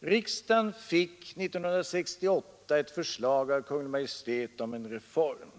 Riksdagen fick 1968 ett förslag av Kungl. Maj:t om en reform.